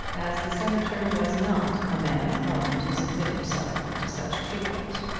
as the senator was not a man prone to submit himself to such treatment.